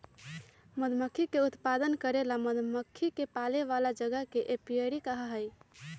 मधु के उत्पादन करे ला मधुमक्खियन के पाले वाला जगह के एपियरी कहा हई